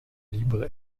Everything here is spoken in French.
libres